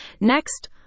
next